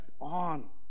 on